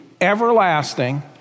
everlasting